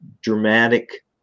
dramatic